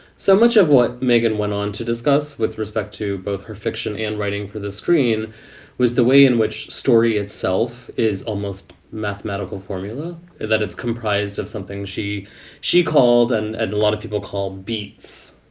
so much of what megan went on to discuss with respect to both her fiction and writing for the screen was the way in which story itself is almost mathematical formula that it's comprised of something she she called and and a lot of people call beats.